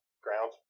ground